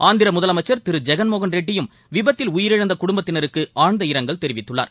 ஆந்திர முதலமைச்சர் திரு ஜெகன்மோகன் ரெட்டியும் விபத்தில் உயிரிழந்த குடும்பத்தினருக்கு ஆற்ந்த இரங்கல் தெரிவித்துள்ளார்